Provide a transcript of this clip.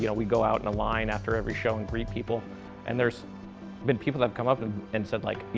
you know we go out in a line after every show and greet people and there's been people have come up and and said like, you